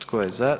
Tko je za?